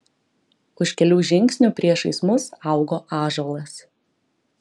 už kelių žingsnių priešais mus augo ąžuolas